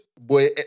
Boy